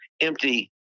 empty